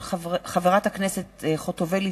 מאת חברי הכנסת ציפי חוטובלי,